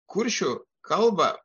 kuršių kalbą